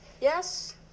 yes